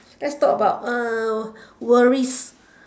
let's talk about uh worries